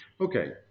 Okay